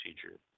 Procedure